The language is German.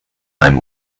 einem